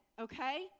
okay